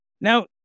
Now